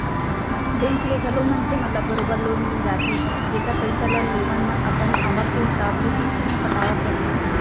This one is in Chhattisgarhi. बेंक ले घलौ मनसे मन ल बरोबर लोन मिल जाथे जेकर पइसा ल लोगन मन अपन आवक के हिसाब ले किस्ती म पटावत रथें